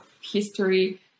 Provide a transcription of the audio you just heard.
history